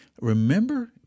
Remember